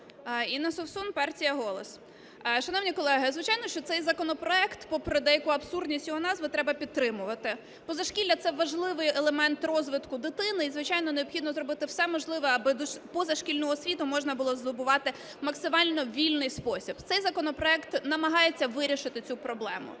Інна Совсун, партія "Голос". Шановні колеги, звичайно, що цей законопроект, попри деяку абсурдність його назви, треба підтримувати. Позашкілля – це важливий елемент розвитку дитини, і, звичайно, необхідно зробити все можливе, аби позашкільну освіту можна було здобувати максимально в вільний спосіб. Цей законопроект намагається вирішити цю проблему.